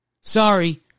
Sorry